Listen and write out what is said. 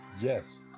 Yes